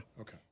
Okay